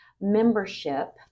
membership